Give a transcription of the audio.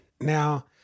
Now